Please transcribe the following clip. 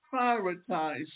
prioritize